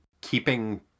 keeping